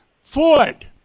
Ford